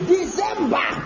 December